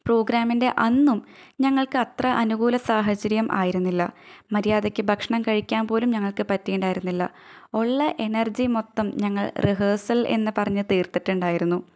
പ്രോഗ്രാമിൻ്റെ അന്നും ഞങ്ങൾക്കത്ര അനുകൂല സാഹചര്യം ആയിരുന്നില്ല മര്യാദയ്ക്ക് ഭക്ഷണം കഴിക്കാൻ പോലും ഞങ്ങൾക്ക് പറ്റിയിട്ടുണ്ടായിരുന്നില്ല ഉള്ള എനർജി മൊത്തം ഞങ്ങൾ റിഹേസൽ എന്നു പറഞ്ഞ് തീർത്തിട്ടുണ്ടായിരുന്നു